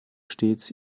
stets